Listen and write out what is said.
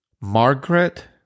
Margaret